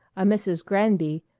a mrs. granby,